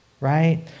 right